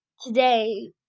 today